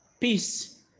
peace